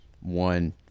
one